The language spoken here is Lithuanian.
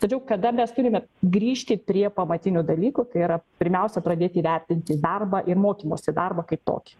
tačiau kada mes turime grįžti prie pamatinių dalykų kai yra pirmiausia pradėti vertinti darbą į mokymosi darbą kaip tokį